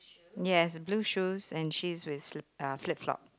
yes blue shoes and she's with slip~ uh flip flop